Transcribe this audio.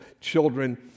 children